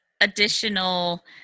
additional